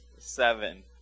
seven